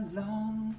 long